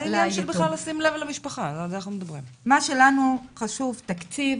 מה שלנו חשוב תקציב,